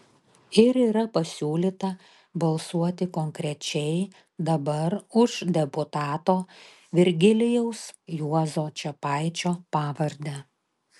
ir yra pasiūlyta balsuoti konkrečiai dabar už deputato virgilijaus juozo čepaičio pavardę